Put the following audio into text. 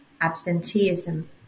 absenteeism